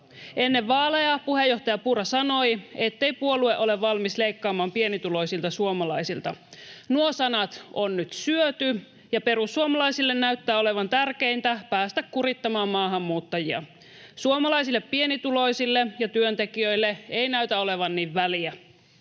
Ennen vaaleja puheenjohtaja Purra sanoi, ettei puolue ole valmis leikkaamaan pienituloisilta suomalaisilta. Nuo sanat on nyt syöty, ja perussuomalaisille näyttää olevan tärkeintä päästä kurittamaan maahanmuuttajia. Suomalaisilla pienituloisilla ja työntekijöillä ei näytä olevan niin väliä.